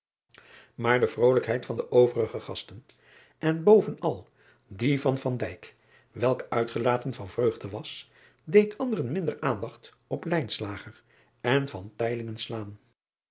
aar de vrolijkheid van de overige gasten en bovenal die van welke uitgelaten van vreugde was deed anderen minder aandacht op en slaan